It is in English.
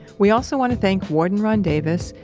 we also want to thank warden ron davis,